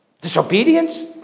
disobedience